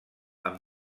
amb